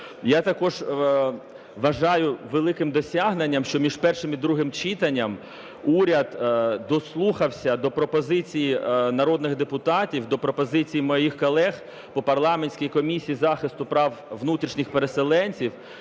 Я також вважаю великим досягненням, що між першим і другим читанням уряд дослухався до пропозицій народних депутатів, до пропозицій моїх колег по парламентській комісії захисту прав внутрішніх переселенців